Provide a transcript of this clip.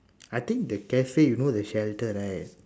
I think the cafe you know the shelter right